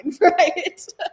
right